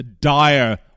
dire